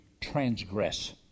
transgress